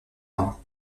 marin